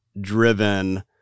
driven